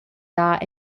dar